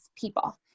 people